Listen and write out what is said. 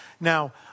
Now